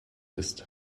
ist